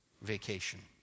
vacation